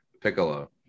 Piccolo